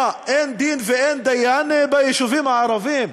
מה, אין דין ואין דיין ביישובים הערביים?